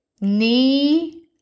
knee